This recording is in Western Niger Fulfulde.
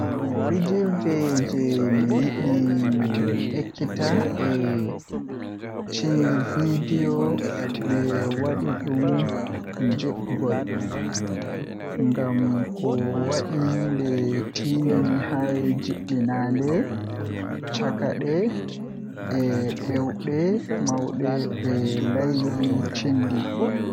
Fijirde jei mi yiɗi mi ekitaa Eey, cindi video ɗee waɗi ɗum njiɓgol. Ngam ko waɗe ɗee tiindii hay jiɓinaaɗe, cakaɗe, e ɓeewɗe mawɗe e leydi cindi.